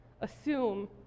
assume